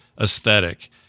aesthetic